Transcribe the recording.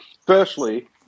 firstly